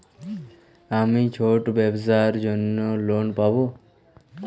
আমি ছোট ব্যবসার জন্য লোন পাব?